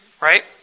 Right